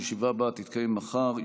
הישיבה הבאה תתקיים מחר,